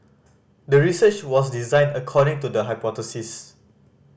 the research was designed according to the hypothesis